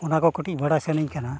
ᱚᱱᱟ ᱠᱚ ᱠᱟᱹᱴᱤᱡ ᱵᱟᱰᱟᱭ ᱥᱟᱱᱟᱧ ᱠᱟᱱᱟ